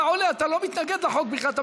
אתה עולה, אתה לא מתנגד לחוק בכלל.